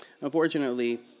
Unfortunately